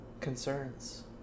concerns